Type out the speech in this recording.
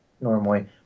normally